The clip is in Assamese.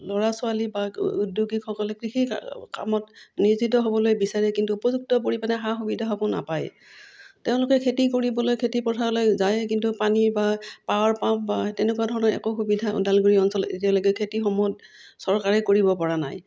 ল'ৰা ছোৱালী বা উদ্যোগীসকলে কৃষি কামত নিয়োজিত হ'বলৈ বিচাৰে কিন্তু উপযুক্ত পৰিমাণে সা সুবিধা হ'ব নাপায় তেওঁলোকে খেতি কৰিবলৈ খেতি পথাৰলৈ যায় কিন্তু পানী বা পাৱাৰ পাম্প বা তেনেকুৱা ধৰণৰ একো সুবিধা ওদালগুৰি অঞ্চলত এতিয়ালৈকে খেতিৰ সময়ত চৰকাৰে কৰিবপৰা নাই